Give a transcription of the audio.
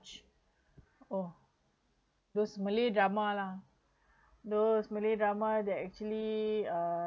oh those malay drama lah those malay drama that actually uh